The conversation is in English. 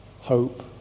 hope